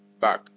back